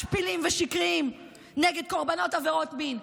משפילים ושקריים נגד קורבנות עבירות מין.